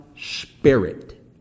spirit